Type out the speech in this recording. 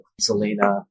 Selena